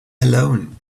alone